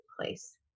place